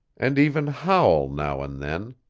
and even howl now and then,